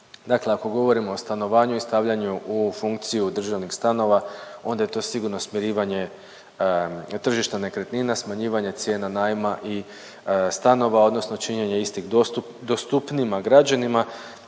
dakle ako govorimo o stanovanju i stavljanju u funkciju državnih stanova onda je to sigurno smirivanje tržišta nekretnina, smanjivanje cijena najma i stanova odnosno činjenja istih dostupnijima građanima,